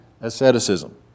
asceticism